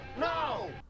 No